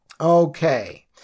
Okay